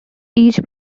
each